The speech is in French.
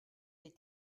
des